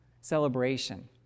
celebration